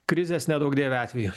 krizės neduok dieve atvejį